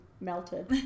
melted